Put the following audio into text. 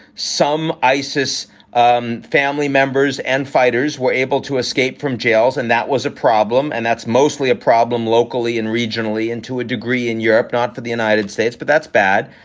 some isis um family members and fighters were able to escape from jails, and that was a problem. and that's mostly a problem locally and regionally and to a degree in europe, not for the united states, but that's bad.